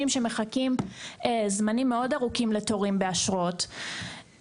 שמחכים זמנים מאוד ארוכים לתורים באשרות.